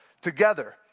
together